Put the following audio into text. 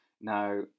Now